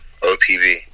OPB